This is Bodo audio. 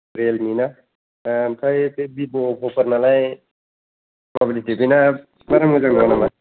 रियेलमि ना ओमफ्राय बे भिभ' अप्प'फोरनालाय माबायदि बेना बारा मोजां नङा नामा